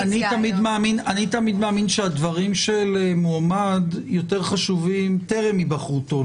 אני תמיד מאמין שהדברים של מועמד יותר חשובים טרם היבחרותו,